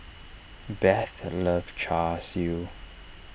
Beth loves Char Siu